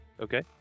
Okay